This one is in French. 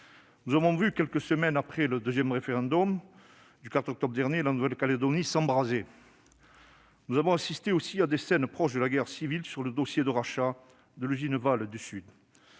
Très inquiet. Quelques semaines après le deuxième référendum, le 4 octobre dernier, nous avons vu la Nouvelle-Calédonie s'embraser. Nous avons aussi assisté à des scènes proches de la guerre civile sur le dossier de rachat de l'usine Vale du Sud.